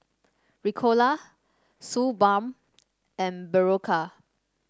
Ricola Suu Balm and Berocca